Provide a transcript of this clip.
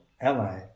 ally